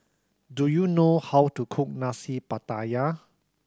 do you know how to cook Nasi Pattaya